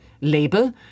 label